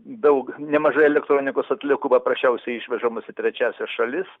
daug nemažai elektronikos atliekų paprasčiausiai išvežamos į trečiąsias šalis